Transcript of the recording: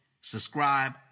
subscribe